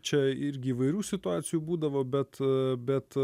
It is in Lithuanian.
čia irgi įvairių situacijų būdavo bet bet